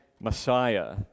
Messiah